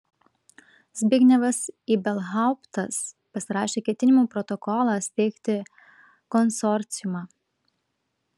zbignevas ibelhauptas pasirašė ketinimų protokolą steigti konsorciumą